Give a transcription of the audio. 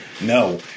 no